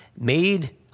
Made